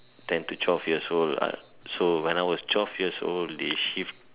ten to twelve years old what so when I was twelve years old they shift